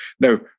Now